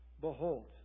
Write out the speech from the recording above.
Behold